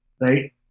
right